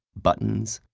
buttons,